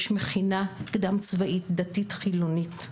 יש מכינה קדם צבאית דתית חילונית,